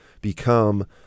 become